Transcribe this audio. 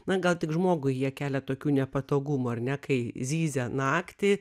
na gal tik žmogui jie kelia tokių nepatogumų ar ne kai zyzia naktį